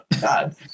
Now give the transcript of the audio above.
God